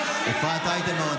אפרת רייטן מרום.